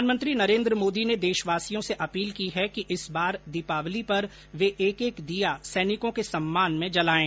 प्रधानमंत्री ने देशवासियों से अपील की है कि इस बार दीपावली पर वे एक एक दीया सैनिकों को सम्मान में जलाएं